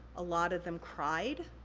a lot of them cried,